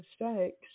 mistakes